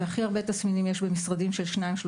הכי הרבה תסמינים יש במשרדים של 2-3